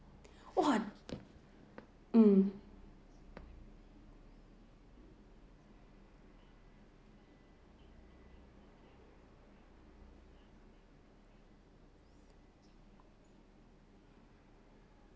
!wah! mm